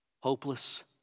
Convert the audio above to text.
hopeless